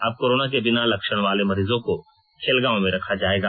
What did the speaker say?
अब कोरोना के बिना लक्षण वाले मरीजों को खेलगांव में रखा जाएगा